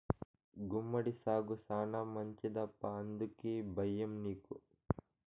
గుమ్మడి సాగు శానా మంచిదప్పా ఎందుకీ బయ్యం నీకు